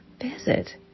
visit